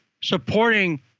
supporting